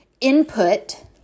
input